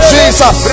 Jesus